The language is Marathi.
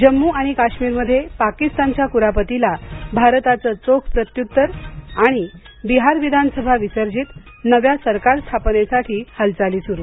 जम्मू आणि काश्मीरमध्ये पाकिस्तानच्या कुरापतीला भारताचं चोख प्रत्युत्तर आणि बिहार विधानसभा विसर्जित नव्या सरकार स्थापनेसाठी हालचाली सुरु